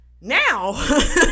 Now